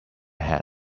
head